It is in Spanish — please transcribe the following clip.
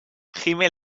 gime